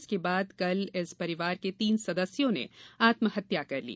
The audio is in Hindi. इसके बाद कल इस परिवार के तीन सदस्यों ने आत्महत्या कर ली